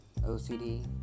OCD